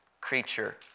creature